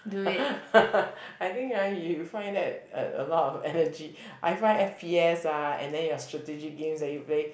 I think ah you find that a a lot of energy I find F_P_S ah and then your strategic games that you play